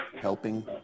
helping